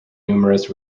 numerous